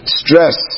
stress